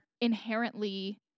inherently